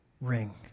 ring